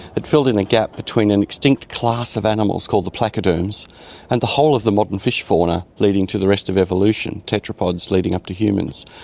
it filled in a gap between an extinct class of animals called the placoderms and the whole of the modern fish fauna leading to the rest of evolution, tetrapods leading up to humans.